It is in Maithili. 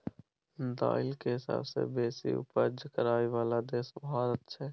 दाइल के सबसे बेशी उपज करइ बला देश भारत छइ